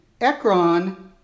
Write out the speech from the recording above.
Ekron